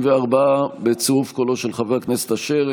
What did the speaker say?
34 בצירוף קולו של חבר הכנסת אשר,